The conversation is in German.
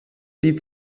die